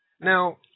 Now